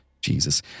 Jesus